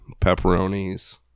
pepperonis